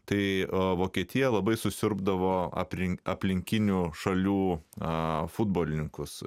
tai o vokietija labai susiurbdavo aplink aplinkinių šalių a futbolininkus